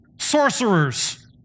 Sorcerers